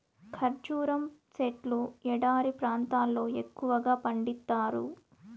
ఖర్జూరం సెట్లు ఎడారి ప్రాంతాల్లో ఎక్కువగా పండిత్తారు